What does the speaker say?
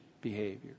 behavior